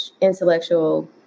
intellectual